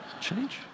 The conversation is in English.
Change